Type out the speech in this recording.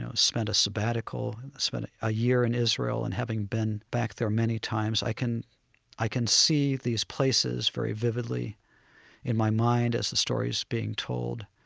spent a sabbatical, spent a year in israel and having been back there many times, i can i can see these places very vividly in my mind as the story's being told.